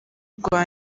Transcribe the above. rwa